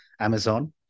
Amazon